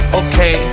okay